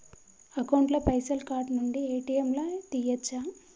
Account ల పైసల్ card నుండి ఏ.టి.ఎమ్ లా తియ్యచ్చా?